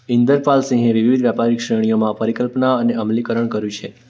ઇન્દરપાલ સિંહે વિવિધ વ્યાપારિક શ્રેણીઓમાં પરિકલ્પના અને અમલીકરણ કર્યું છે